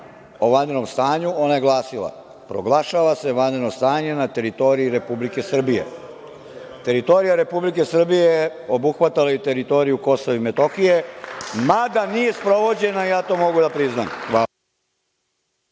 o vanrednom stanju, ona je glasila – proglašava se vanredno stanje na teritoriji Republike Srbije. Teritorija Republike Srbije obuhvatala je i teritoriju Kosova i Metohije, mada nije sprovođena, ja to mogu da priznam.